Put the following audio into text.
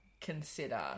consider